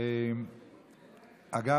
אגב,